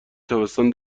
تابستان